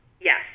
Yes